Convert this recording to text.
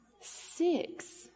Six